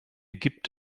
gibt